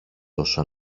τόσο